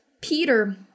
Peter